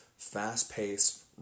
Fast-paced